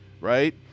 Right